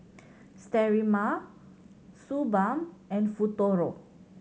sterimar Suu Balm and Futuro